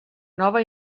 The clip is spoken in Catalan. nova